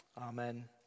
Amen